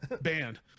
Banned